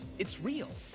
it's real,